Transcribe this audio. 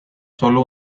solo